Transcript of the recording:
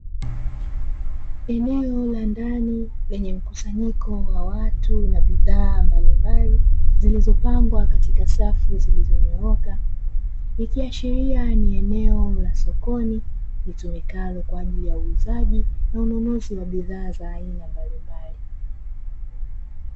Eneo la ndani lenye mkusanyiko wa watu na bidhaa mbalimbali zilizopangwa katika safu zilizonyooka, ikiashiria ni eneo la sokoni litumikalo kwa ajili ya uuzaji na ununuzi wa bidhaa za aina mbalimbali.